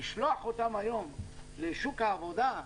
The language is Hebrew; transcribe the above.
לשלוח אותם היום לשוק העבודה,